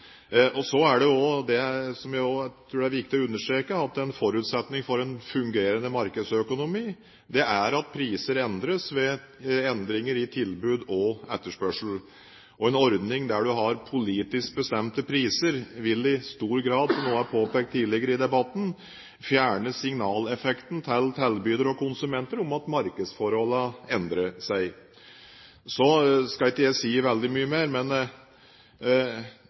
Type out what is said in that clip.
tilfellet, så er ikke det noe særnorsk fenomen. Det skjer også over det ganske kontinent, altså i Europa og andre steder, og det skyldes økning i oljeprisen først og fremst. Jeg tror det er viktig å understreke at en forutsetning for en fungerende markedsøkonomi er at priser endres ved endringer i tilbud og etterspørsel. En ordning der man har politisk bestemte priser, vil i stor grad, som det er påpekt tidligere i debatten, fjerne signaleffekten til tilbydere og konsumenter om at markedsforholdene endrer seg. Så